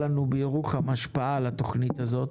בירוחם הייתה לנו השפעה על התוכנית הזאת,